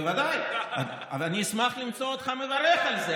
בוודאי, אבל אני אשמח לשמוע אותך מברך על זה.